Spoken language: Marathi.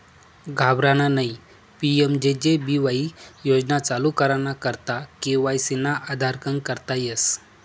घाबरानं नयी पी.एम.जे.जे बीवाई योजना चालू कराना करता के.वाय.सी ना आधारकन करता येस